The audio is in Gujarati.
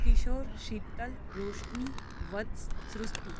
કિશોર શિતલ રોશની વત્સ શ્રુષ્ટિ